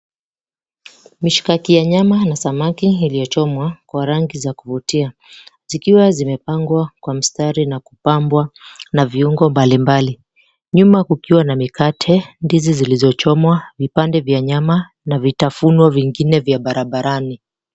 Mishikaki ya nyama na samaki iliyochomwa, kwa rangi za kuvutia zikiwa zimepangwa kwa mstari na kupambwa na viungo mbalimbali. Nyuma kukiwa na mikate, ndizi zilizochomwa, vipande vya nyama na vitafuno vingine vya barabarani.